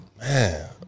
Man